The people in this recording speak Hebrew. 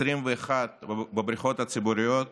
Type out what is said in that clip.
21 בבריכות הציבוריות